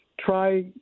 Try